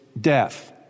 death